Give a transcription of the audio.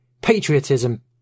Patriotism